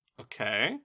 Okay